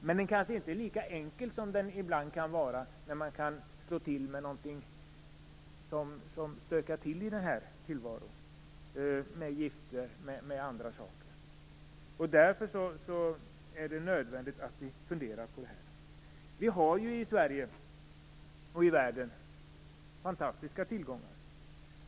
Men livet blir kanske inte lika enkelt som det ibland kan vara när man kan slå till med någonting som stökar till i tillvaron, gifter t.ex. Därför är det nödvändigt att fundera på detta. Vi har i Sverige och i världen fantastiska tillgångar.